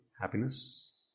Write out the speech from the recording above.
happiness